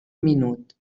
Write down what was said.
minut